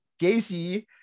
Gacy